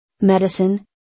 Medicine